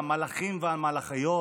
"המלאכים והמלאכיות",